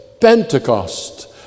Pentecost